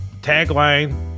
Tagline